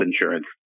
insurance